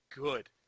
good